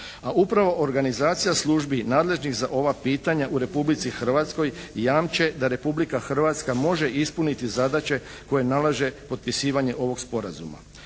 A upravo organizacija službi nadležnih za ova pitanja u Republici Hrvatskoj jamče da Republika Hrvatska može ispuniti zadaće koje nalaže potpisivanje ovog sporazuma.